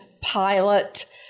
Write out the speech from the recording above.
pilot